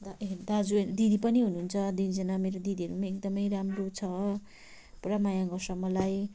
दा ए दाजु दिदी पनि हुनुहुन्छ दुईजना मेरो दिदीहरू पनि एकदमै राम्रो छ पुरा माया गर्छ मलाई